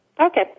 Okay